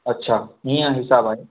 अछा ईअं हिसाबु आहे